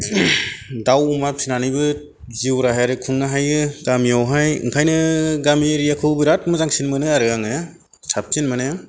दाउ अमा फिसिनानैबो जिउ राहायारि खुंनो हायो गामियावहाय ओंखायनो गामि एरियाखौ बिराद मोजांसिन मोनो आरो आङो साबसिन मोनो